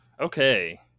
Okay